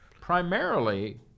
Primarily